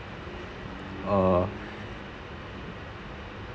uh